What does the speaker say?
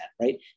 right